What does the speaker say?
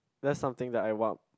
that's something that I want